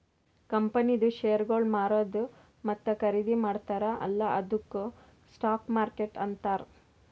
ಕಂಪನಿದು ಶೇರ್ಗೊಳ್ ಮಾರದು ಮತ್ತ ಖರ್ದಿ ಮಾಡ್ತಾರ ಅಲ್ಲಾ ಅದ್ದುಕ್ ಸ್ಟಾಕ್ ಮಾರ್ಕೆಟ್ ಅಂತಾರ್